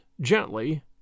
gently